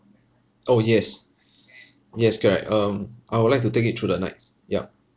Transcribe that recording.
orh yes yes correct um I would like to take it through the nights yup